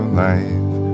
life